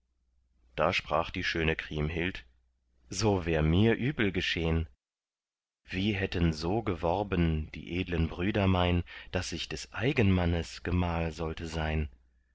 da sprach die schöne kriemhild so wär mir übel geschehn wie hätten so geworben die edlen brüder mein daß ich des eigenmannes gemahl sollte sein